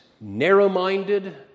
narrow-minded